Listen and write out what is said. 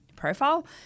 profile